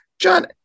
John